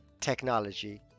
technology